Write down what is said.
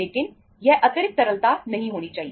लेकिन यह अतिरिक्त तरलता नहीं होनी चाहिए